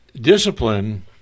discipline